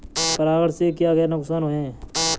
परागण से क्या क्या नुकसान हैं?